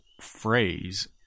phrase